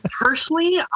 Personally